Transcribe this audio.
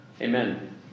Amen